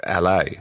LA